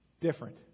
different